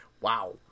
wow